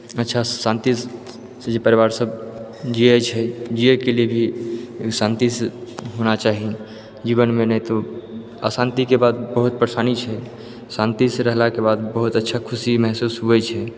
अच्छा शांति से जे परिवार सब जियै छै जियै के लिए भी शांति से होना चाही जीवन मे नहि तऽ अशांति के बाद बहुत परेशानी छै शांति से रहलाके बाद बहुत अच्छा खुशी महसूस होइ छै